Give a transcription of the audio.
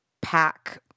pack